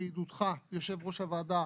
בעידודך, יושב-ראש הוועדה,